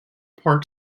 park